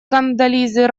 кондолизы